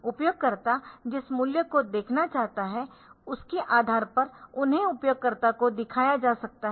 उपयोगकर्ता जिस मूल्य को देखना चाहता है उसके आधार पर उन्हें उपयोगकर्ता को दिखाया जा सकता है